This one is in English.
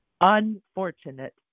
unfortunate